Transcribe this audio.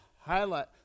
highlight